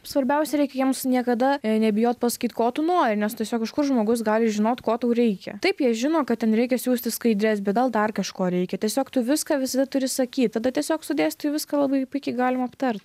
svarbiausia reikia jiems niekada nebijot pasakyt ko tu nori nes tiesiog iš kur žmogus gali žinot ko tau reikia taip jie žino kad ten reikia siųsti skaidres bei gal dar kažko reikia tiesiog tu viską visada turi sakyt tada tiesiog su dėstytoju viską labai puikiai galima aptart